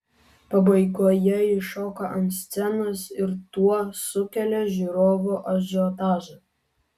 pabaigoje ji šoka ant scenos ir tuo sukelia žiūrovų ažiotažą